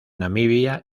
namibia